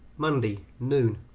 monday noon